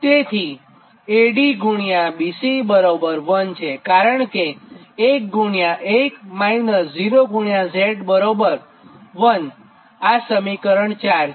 તેથી AD BC 1 છે કારણ કે11 -0Z 1તે અને આ સમીકરણ 4 છે